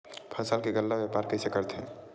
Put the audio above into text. फसल के गल्ला व्यापार कइसे करथे?